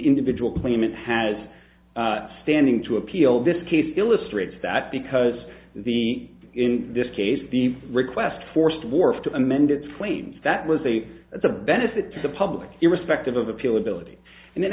individual claimant has standing to appeal this case illustrates that because the in this case the request forced wharf to amend its claims that was a that's a benefit to the public irrespective of appeal ability and then